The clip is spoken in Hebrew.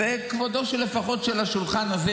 וכבודו של לפחות של השולחן הזה,